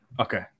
Okay